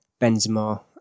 Benzema